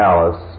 Alice